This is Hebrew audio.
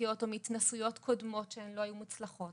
חברתיות או מהתנסויות קודמות שהן לא היו מוצלחות.